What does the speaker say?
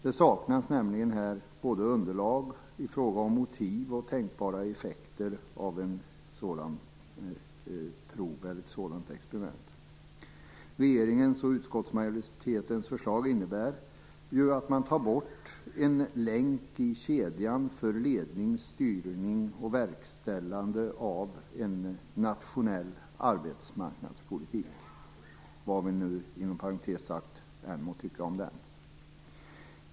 Det saknas nämligen underlag i fråga om motiv och tänkbara effekter av ett sådant experiment. Regeringens och utskottsmajoritetens förslag innebär att man tar bort en länk i kedjan för ledning, styrning och verkställande av en nationell arbetsmarknadspolitik - vad vi än må tycka om den.